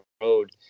road